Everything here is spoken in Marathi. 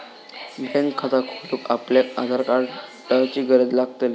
बॅन्क खाता खोलूक आपल्याक आधार कार्डाची गरज लागतली